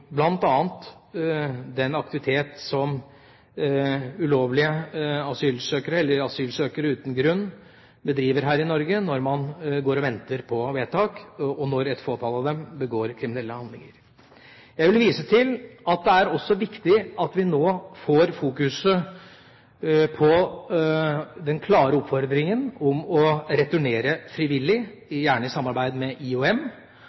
den aktivitet som ulovlige asylsøkere eller grunnløse asylsøkere bedriver her i Norge når de går og venter på vedtak, og når et fåtall av dem begår kriminelle handlinger. Jeg vil vise til at det også er viktig at vi nå får fokuset på den klare oppfordringen om å returnere frivillig – gjerne i samarbeid med IOM